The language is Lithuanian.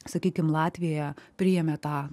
sakykim latvija priėmė tą